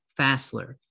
Fassler